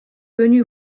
venue